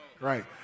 Right